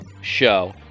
show